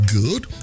good